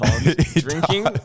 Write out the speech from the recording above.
Drinking